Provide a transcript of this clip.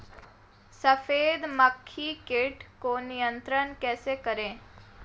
सफेद मक्खी कीट को नियंत्रण कैसे करें?